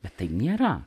bet taip nėra